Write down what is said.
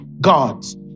God's